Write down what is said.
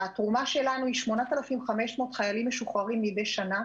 התרומה שלנו היא 8,500 חיילים משוחררים מדי שנה.